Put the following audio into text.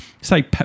say